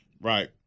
Right